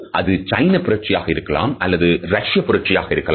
அது சைன புரட்சி ஆக இருக்கலாம் அல்லது ரஷ்யப் புரட்சி ஆக இருக்கலாம்